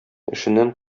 эшеннән